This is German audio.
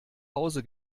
hause